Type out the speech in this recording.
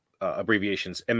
abbreviations